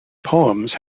poems